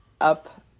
up